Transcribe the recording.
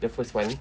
the first one